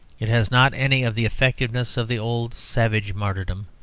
it has not any of the effectiveness of the old savage martyrdom,